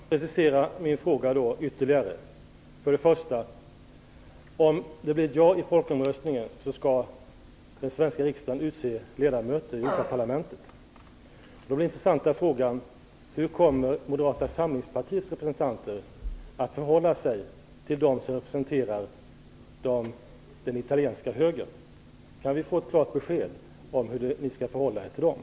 Fru talman! Jag preciserar min fråga ytterligare. För det första: Om det blir ett ja i folkomröstningen skall den svenska riksdagen utse ledamöter i Europaparlamentet. Hur kommer Moderata samlingspartiets representanter att förhålla sig till dem som representerar den italienska högern? Det skulle vara intressant att få ett klart besked om hur ni skall förhålla er till dem.